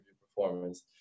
performance